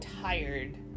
tired